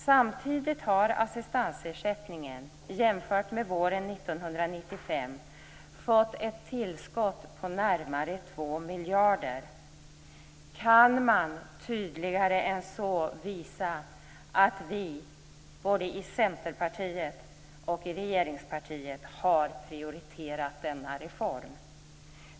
Samtidigt har assistansersättningen, jämfört med våren 1995, fått ett tillskott på närmare två miljarder. Kan man tydligare än så visa att Centerpartiet och regeringspartiet har prioriterat denna reform.